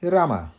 Rama